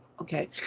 okay